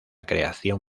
creación